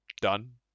done